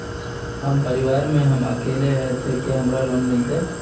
हम परिवार में हम अकेले है ते हमरा लोन मिलते?